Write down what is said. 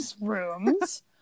rooms